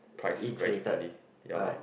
priced very differently ya